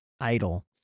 idle